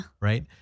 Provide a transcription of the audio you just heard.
Right